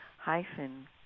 hyphen